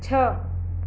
सत